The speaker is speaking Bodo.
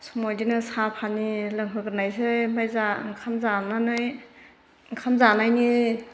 समाव बेदिनो साहा पानि लोंहोग्रोनायसै ओमफ्राय ओंखाम जानानै ओंखाम जानायनि